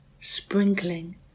sprinkling